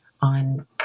on